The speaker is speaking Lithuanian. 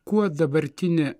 kuo dabartinė